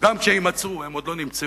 גם כשיימצאו, הם עוד לא נמצאו,